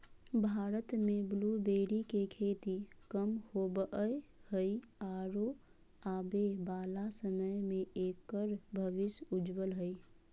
भारत में ब्लूबेरी के खेती कम होवअ हई आरो आबे वाला समय में एकर भविष्य उज्ज्वल हई